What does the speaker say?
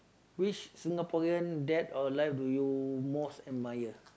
which Singaporean dead or alive do you most admire